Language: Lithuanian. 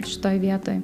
šitoj vietoj